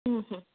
ಹ್ಞೂ ಹ್ಞೂ ಹ್ಞೂ